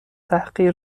تحقیر